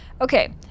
Okay